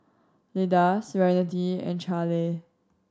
Lida Serenity and Charle